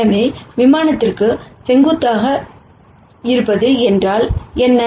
எனவே விமானத்திற்கு செங்குத்தாக இருப்பது என்றால் என்ன